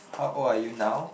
how old are you now